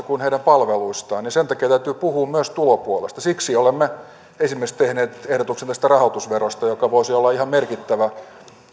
kuin heidän palveluistaan ja sen takia täytyy puhua myös tulopuolesta siksi olemme esimerkiksi tehneet ehdotuksen tästä rahoitusverosta joka voisi olla ihan merkittävä